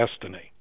destiny